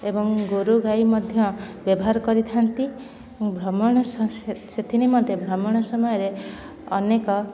ଏବଂ ଗୋରୁ ଗାଈ ମଧ୍ୟ ବ୍ୟବହାର କରିଥାନ୍ତି ସେଥିନିମନ୍ତେ ଭ୍ରମଣ ସମୟରେ ଅନେକ